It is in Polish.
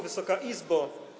Wysoka Izbo!